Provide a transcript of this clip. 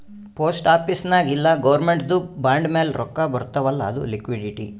post office ನಾಗ್ ಇಲ್ಲ ಗೌರ್ಮೆಂಟ್ದು ಬಾಂಡ್ ಮ್ಯಾಲ ರೊಕ್ಕಾ ಬರ್ತಾವ್ ಅಲ್ಲ ಅದು ಲಿಕ್ವಿಡಿಟಿ